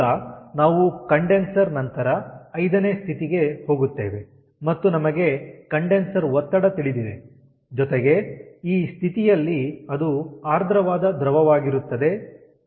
ಈಗ ನಾವು ಕಂಡೆನ್ಸರ್ ನಂತರ 5ನೇ ಸ್ಥಿತಿಗೆ ಹೋಗುತ್ತೇವೆ ಮತ್ತು ನಮಗೆ ಕಂಡೆನ್ಸರ್ ಒತ್ತಡ ತಿಳಿದಿದೆ ಜೊತೆಗೆ ಈ ಸ್ಥಿತಿಯಲ್ಲಿ ಅದು ಆರ್ದ್ರವಾದ ದ್ರವವಾಗಿರುತ್ತದೆ